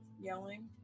yelling